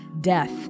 death